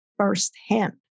firsthand